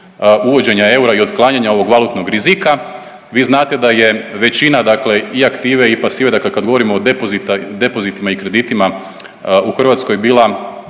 uvođenja eura i otklanjanja ovog valutnog rizika. Vi znate da je većina dakle i aktive i pasive, dakle kad govorimo o depozitima i kreditima u Hrvatskoj bila